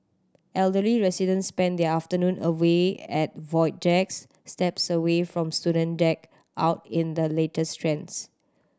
elderly residents spend their afternoon away at void decks steps away from student decked out in the latest trends